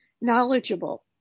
knowledgeable